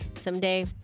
Someday